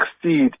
succeed